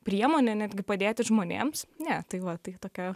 priemonė netgi padėti žmonėms ne tai va tai tokia